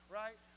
right